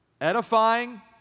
edifying